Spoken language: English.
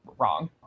wrong